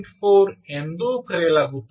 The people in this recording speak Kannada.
4 ಎಂದೂ ಕರೆಯಲಾಗುತ್ತದೆ